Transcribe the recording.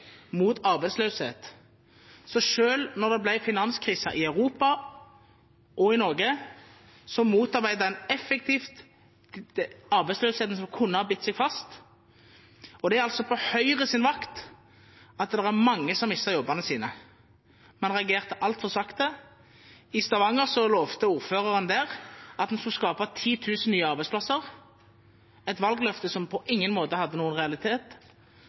mot arbeidsløshet, så selv da det ble finanskrise i Europa og i Norge, motarbeidet en effektivt arbeidsløsheten som kunne ha bitt seg fast. Det er på Høyres vakt at det er mange som har mistet jobbene sine. Man reagerte altfor sakte. I Stavanger lovte ordføreren der at en skulle skape 10 000 nye arbeidsplasser, et valgløfte som på ingen måte hadde noen realitet.